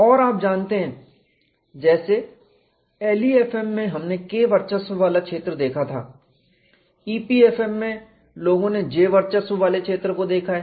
और आप जानते हैं जैसे LEFM में हमने K वर्चस्व वाला क्षेत्र देखा था EPFM में लोगों ने J वर्चस्व वाले क्षेत्र को देखा है